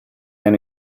eine